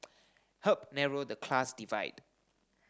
help narrow the class divide